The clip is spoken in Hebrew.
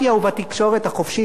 והמבחן הוא לא מה מתפרסם,